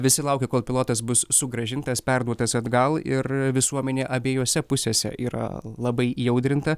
visi laukia kol pilotas bus sugrąžintas perduotas atgal ir visuomenė abiejose pusėse yra labai įaudrinta